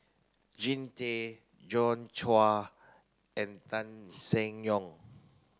Jean Tay Joi Chua and Tan Seng Yong